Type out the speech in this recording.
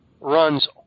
runs